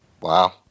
Wow